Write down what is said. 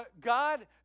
God